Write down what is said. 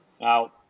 Now